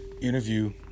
interview